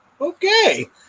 Okay